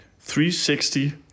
360